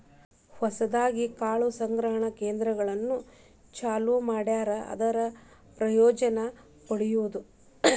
ಹೊಸದಾಗಿ ಕಾಳು ಸಂಗ್ರಹಣಾ ಕೇಂದ್ರಗಳನ್ನು ಚಲುವ ಮಾಡ್ಯಾರ ಅದರ ಪ್ರಯೋಜನಾ ಪಡಿಯುದು